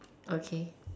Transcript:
okay